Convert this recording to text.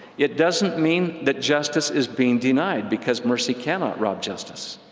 it doesn't mean that justice is being denied, because mercy cannot rob justice.